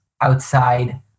outside